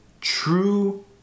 True